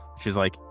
she's like,